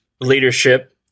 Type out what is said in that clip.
leadership